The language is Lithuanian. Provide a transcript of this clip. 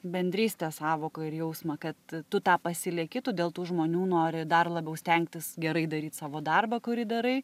bendrystės sąvoką ir jausmą kad tu tą pasilieki tu dėl tų žmonių nori dar labiau stengtis gerai daryt savo darbą kurį darai